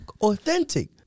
authentic